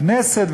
הכנסת,